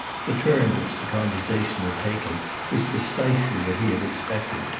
the turn which the conversation had taken was precisely what he had expected,